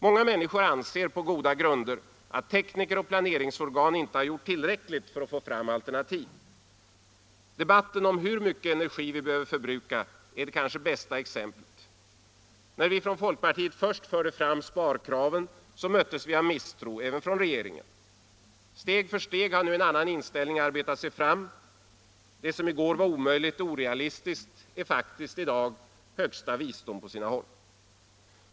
Många människor anser på goda grunder att tekniker och planeringsorgan inte gjort tillräckligt för att få fram alternativ. Debatten om hur mycket energi vi behöver förbruka är kanske det bästa exemplet. När vi från folkpartiet först förde fram sparkraven mötte vi misstro, även från regeringen. Steg för steg har nu en annan inställning arbetat sig fram. Det som i går var omöjligt och orealistiskt är faktiskt i dag högsta visdom.